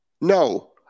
No